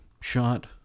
shot